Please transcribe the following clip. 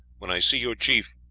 when i see your chief,